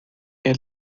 ela